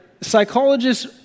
psychologists